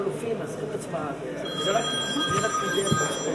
עם קולות החיילים או בלי?